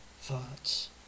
thoughts